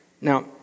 Now